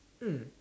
mm